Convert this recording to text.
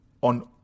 on